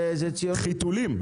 חיתולים.